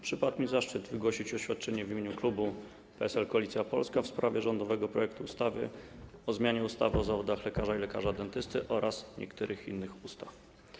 Przypadł mi zaszczyt wygłosić oświadczenie w imieniu klubu PSL - Koalicja Polska w sprawie rządowego projektu ustawy o zmianie ustawy o zawodach lekarzach i lekarza dentysty oraz niektórych innych ustaw.